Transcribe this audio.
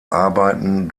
arbeiten